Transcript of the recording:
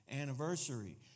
anniversary